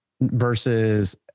versus